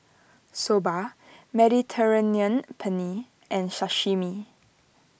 Soba Mediterranean Penne and Sashimi